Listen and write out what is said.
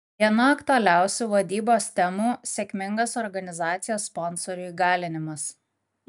viena aktualiausių vadybos temų sėkmingas organizacijos sponsorių įgalinimas